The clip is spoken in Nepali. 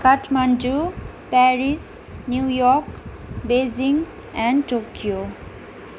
Kathmandu Paris New York Beijing and Tokyo